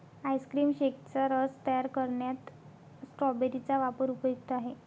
ice cream शेकचा रस तयार करण्यात स्ट्रॉबेरी चा वापर उपयुक्त आहे